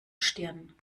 stirn